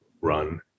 run